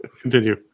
Continue